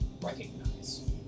recognize